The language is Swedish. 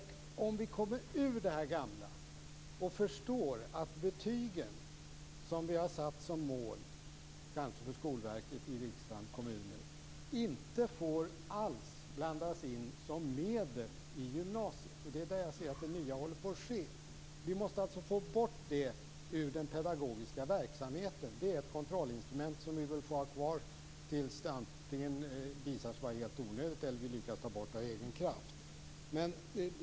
Vi måste komma ut ur det gamla och förstå att de betyg som vi satt som mål inom Skolverket, riksdagen, kommuner, inte alls får blandas in som medel i gymnasiet. Där ser jag att det nya håller på att ske. Vi måste alltså få bort det ur den pedagogiska verksamheten. Det är ett kontrollinstrument som vi vill ha kvar tills det antingen visar sig vara helt onödigt eller tills vi lyckas att ta bort det av egen kraft.